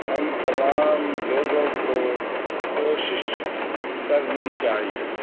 ہم تمام لوگوں کو کوشش کرنی چاہیے